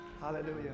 Hallelujah